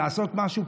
לעשות משהו,